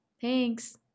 Thanks